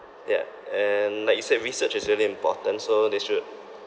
ya and like you said research is really important so they should